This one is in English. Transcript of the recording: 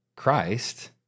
Christ